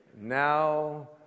Now